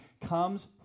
comes